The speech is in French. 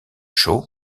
shaw